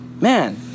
Man